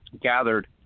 gathered